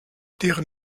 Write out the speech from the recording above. deren